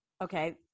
Okay